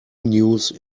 news